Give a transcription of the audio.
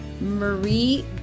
Marie